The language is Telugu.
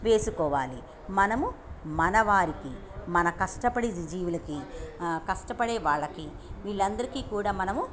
వేసుకోవాలి మనము మన వారికి మన కష్టపడి జీవులకి కష్టపడే వాళ్ళకి వీళ్ళందరికీ కూడా మనము